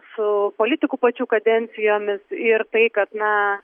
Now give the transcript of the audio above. su politikų pačių kadencijomis ir tai kad na